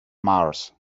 mars